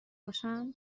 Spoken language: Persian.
باشم